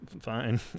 fine